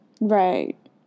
Right